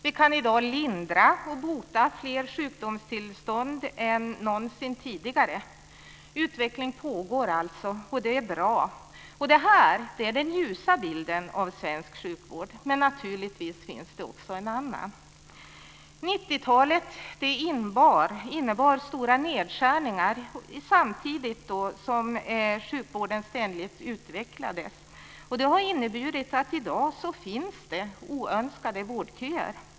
Vi kan i dag lindra och bota fler sjukdomstillstånd än någonsin tidigare. Utveckling pågår alltså, och det är bra. Det är den ljusa bilden av svensk sjukvård. Men naturligtvis finns det också en annan. 90-talet innebar stora nedskärningar samtidigt som sjukvården ständigt utvecklades. Det har inneburit att det i dag finns oönskade vårdköer.